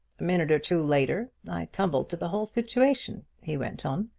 a minute or two later i tumbled to the whole situation, he went on.